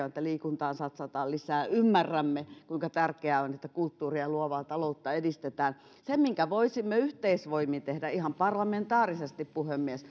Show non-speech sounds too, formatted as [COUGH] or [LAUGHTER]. [UNINTELLIGIBLE] on että liikuntaan satsataan lisää ja ymmärrämme kuinka tärkeää on että kulttuuria ja luovaa taloutta edistetään se minkä voisimme yhteisvoimin tehdä ihan parlamentaarisesti puhemies [UNINTELLIGIBLE]